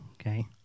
okay